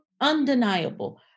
undeniable